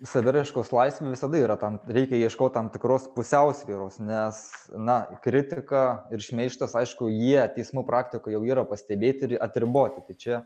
saviraiškos laisve visada yra tam reikia ieškot tam tikros pusiausvyros nes na kritika ir šmeižtas aišku jie teismų praktikoj jau yra pastebėti ir atriboti tai čia